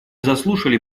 заслушали